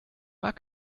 mag